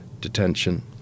Detention